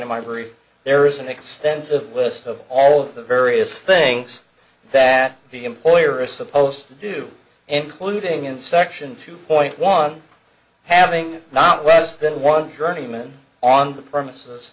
proof there is an extensive list of all of the various things that the employer is supposed to do and clued ing in section two point one having not less than one journeyman on the premises